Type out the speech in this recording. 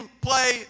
play